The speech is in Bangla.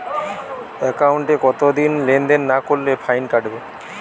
একাউন্টে কতদিন লেনদেন না করলে ফাইন কাটবে?